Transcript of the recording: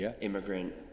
immigrant